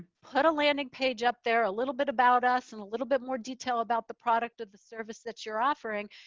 put a landing page up there a little bit about us and a little bit more detail about the product or the service that you're offering.